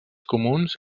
comuns